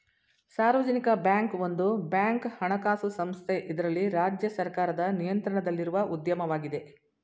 ಸಾರ್ವಜನಿಕ ಬ್ಯಾಂಕ್ ಒಂದು ಬ್ಯಾಂಕ್ ಹಣಕಾಸು ಸಂಸ್ಥೆ ಇದ್ರಲ್ಲಿ ರಾಜ್ಯ ಸರ್ಕಾರದ ನಿಯಂತ್ರಣದಲ್ಲಿರುವ ಉದ್ಯಮವಾಗಿದೆ